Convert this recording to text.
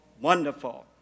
Wonderful